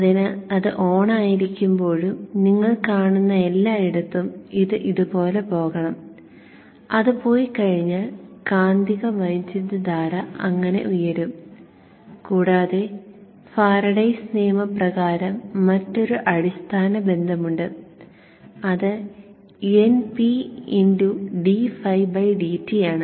അതിനാൽ അത് ഓണായിരിക്കുമ്പോഴും നിങ്ങൾ കാണുന്ന എല്ലായിടത്തും ഇത് ഇതുപോലെ പോകണം അത് പോയിക്കഴിഞ്ഞാൽ കാന്തിക വൈദ്യുതധാര അങ്ങനെ ഉയരും കൂടാതെ ഫാരഡേയ്സ് നിയമപ്രകാരം മറ്റൊരു അടിസ്ഥാന ബന്ധമുണ്ട് അത് Np dφdt ആണ്